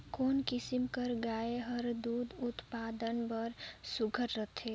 कोन किसम कर गाय हर दूध उत्पादन बर सुघ्घर रथे?